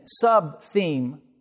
sub-theme